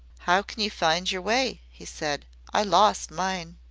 how can you find your way? he said. i lost mine.